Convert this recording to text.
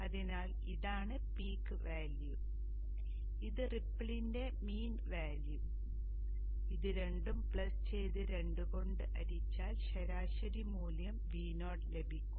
അതിനാൽ ഇതാണ് peak value ഇത് റിപ്പിളിന്റെ മീൻ വാല്യൂ ഇതു രണ്ടും പ്ലസ് ചെയ്തു രണ്ടു കൊണ്ട് ഹരിച്ചാൽ ശരാശരി മൂല്യം Vo ലഭിക്കും